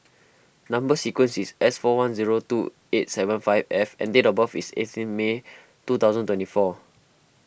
Number Sequence is S four one zero two eight seven five F and date of birth is eighteen May two thousand twenty four